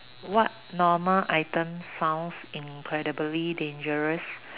what normal items sound incredibly dangerous